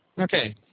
Okay